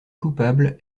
coupable